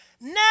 Now